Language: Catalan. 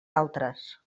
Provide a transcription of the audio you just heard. altres